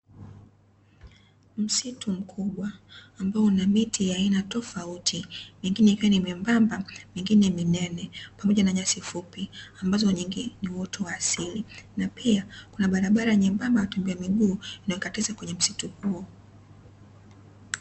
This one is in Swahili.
Msitu mkubwa ambao una miti ya aina tofauti. Mingine ikiwa ni membamba, mingine minene, pamoja na nyasi fupi ambazo nyingi ni uoto wa asili. Na pia kuna barabara nyembamba ya watembea kwa miguu inakatiza katika msitu huo.